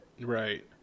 Right